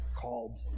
called